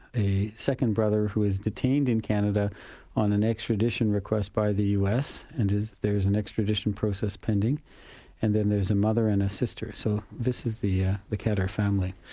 a second brother who was detained in canada on an extradition request by the us, and there's an extradition process pending and then there's a mother and a sister. so this is the yeah the khadr family.